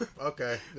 okay